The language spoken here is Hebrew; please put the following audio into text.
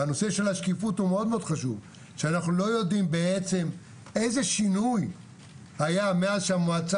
והנושא של השקיפות הוא מאוד מאוד חשוב איזה שינוי היה מאז שהמועצה